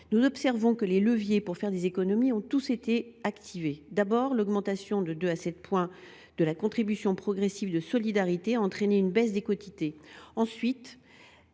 Nous observons que les leviers pour réaliser des économies ont tous été activés : tout d’abord, l’augmentation de 2 à 7 points de la contribution progressive de solidarité a entraîné une baisse des quotités ; ensuite,